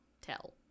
tell